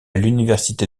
l’université